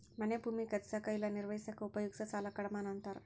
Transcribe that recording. ಮನೆ ಭೂಮಿ ಖರೇದಿಸಕ ಇಲ್ಲಾ ನಿರ್ವಹಿಸಕ ಉಪಯೋಗಿಸೊ ಸಾಲಕ್ಕ ಅಡಮಾನ ಅಂತಾರ